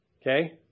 Okay